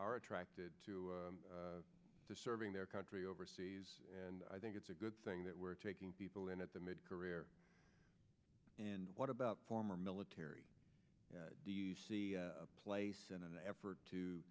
are attracted to serving their country overseas and i think it's a good thing that we're taking people in at the mid career and what about former military do you see a place in an effort to